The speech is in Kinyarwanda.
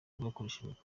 bwakoreshejwe